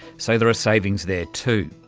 so there are saving there too.